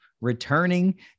returning